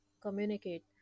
communicate